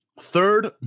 Third